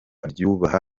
abyibuha